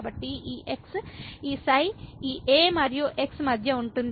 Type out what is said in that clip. కాబట్టి ఈ x ఈ ξ ఈ a మరియు x మధ్య ఉంటుంది